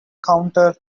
counter